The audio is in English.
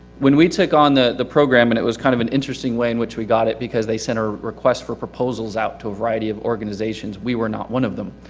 when we take on the, the program and it was kind of an interesting way in which we got it because they sent a request for proposals out to a variety of organizations, we were not one of them.